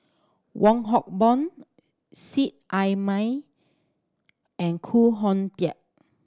Wong Hock Boon Seet Ai Mee and Khoo Oon Teik